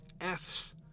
F's